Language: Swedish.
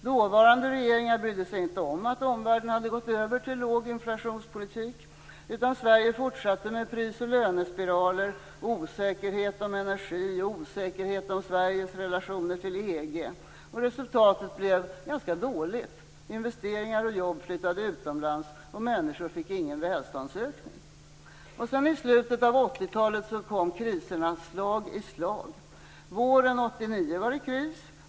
Dåvarande regeringar brydde sig inte om att omvärlden hade gått över till låginflationspolitik, utan Sverige fortsatte med pris och lönespiraler, osäkerhet om energi, osäkerhet om relationerna till EG. Resultatet blev ganska dåligt. Investeringar och jobb flyttade utomlands, och människor fick ingen välståndsökning. I slutet av 80-talet kom sedan kriserna slag i slag. Våren 1989 var det kris.